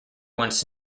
wants